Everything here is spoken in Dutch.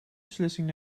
beslissing